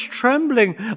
trembling